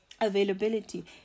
Availability